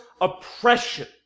oppression